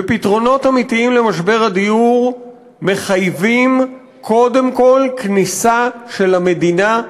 ופתרונות אמיתיים למשבר הדיור מחייבים קודם כול כניסה של המדינה,